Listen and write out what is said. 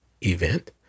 event